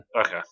Okay